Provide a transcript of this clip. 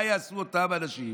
מה יעשו אותם אנשים